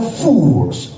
fools